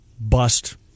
Bust